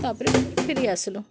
ତା'ପରେ ଫେରି ଆସଲୁ